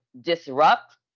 disrupt